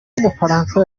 w’umufaransa